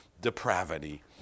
depravity